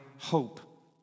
hope